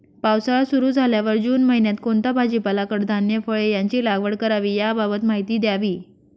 पावसाळा सुरु झाल्यावर जून महिन्यात कोणता भाजीपाला, कडधान्य, फळे यांची लागवड करावी याबाबत अधिक माहिती द्यावी?